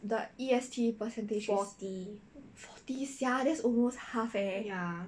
the E_S_T percentage is forty sia that's almost half leh